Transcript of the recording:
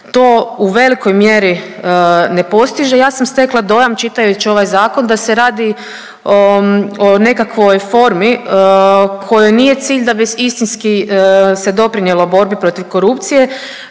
to u velikoj mjeri ne postiže. Ja sam stekla dojam čitajući ovaj zakon da se radi o nekakvoj formi kojoj nije cilj da bi istinski se doprinijelo borbi protiv korupcije